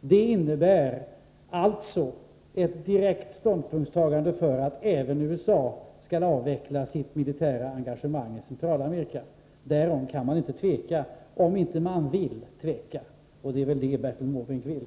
Detta innebär alltså ett direkt ställningstagande för att även USA skall avveckla sitt militära engagemang i Centralamerika. Därom kan man inte tveka, om man inte vill tveka — och det är väl vad Bertil Måbrink vill.